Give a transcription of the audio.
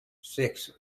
sex